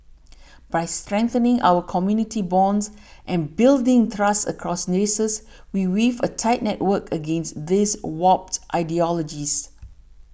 by strengthening our community bonds and building trust across races we weave a tight network against these warped ideologies